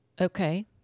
Okay